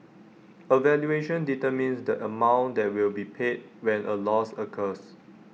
A valuation determines the amount that will be paid when A loss occurs